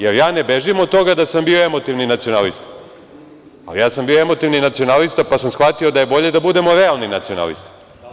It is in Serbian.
Ja ne bežim od toga da sam bio emotivni nacionalista, ali ja sam bio emotivni nacionalista, pa sam shvatio da je bolje da budem realni nacionalista.